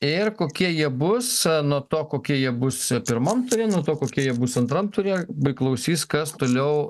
ir kokie jie bus nuo to kokie jie bus pirmam ture nuo to kokie jie bus antram ture priklausys kas toliau